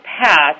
passed